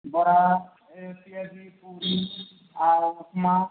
ବରା ପିଆଜି ପୁରୀ ଆଉ ଉପମା